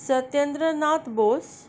Satyendranath Bose